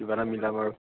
কিবা এটা মিলাবা আৰু